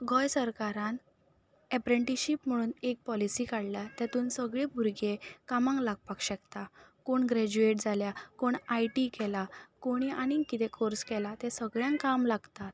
गोंय सरकारान एप्रेंटीशीप म्हणून एक पॉलिसी काडल्या तेतून सगले भुरगे कामांक लागपाक शकता कोण ग्रॅज्युएट जाल्यार कोण आयटीक गेला कोणी आनीक कितें कोर्स केलां तें सगल्यांक काम लागता